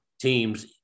teams